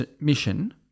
mission